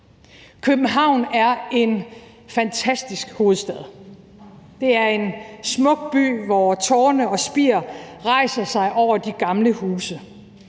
København er en fantastisk hovedstad. Det er en smuk by, hvor tårne og spir rejser sig over de gamle huse